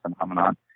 phenomenon